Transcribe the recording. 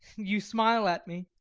you smile at me!